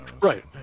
right